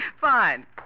Fine